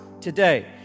today